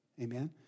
Amen